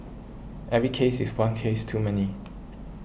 every case is one case too many